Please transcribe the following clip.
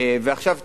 ועכשיו תשאלו,